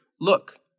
look